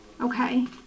okay